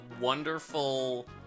wonderful